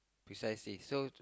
precisely so to